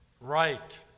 Right